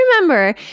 remember